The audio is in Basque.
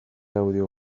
audio